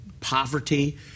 poverty